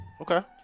Okay